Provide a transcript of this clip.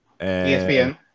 ESPN